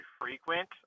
frequent